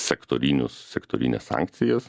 sektorinius sektorines sankcijas